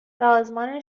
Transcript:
سازمان